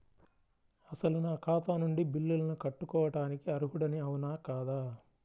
అసలు నా ఖాతా నుండి బిల్లులను కట్టుకోవటానికి అర్హుడని అవునా కాదా?